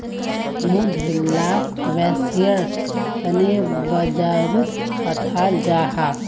मधु लाक वैव्सायेर तने बाजारोत पठाल जाहा